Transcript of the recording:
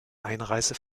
einreise